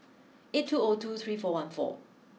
eight two O two three four one four